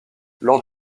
lors